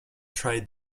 try